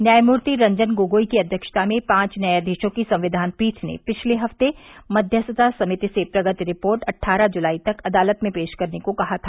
न्यायमूर्ति रंजन गोगोई की अध्यक्षता में पांच न्यायाधीशों की संविधान पीठ ने पिछले हफ्ते मध्यस्थता समिति से प्रगति रिपोर्ट अट्ठारह जुलाई तक अदालत में पेश करने को कहा था